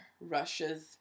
Russia's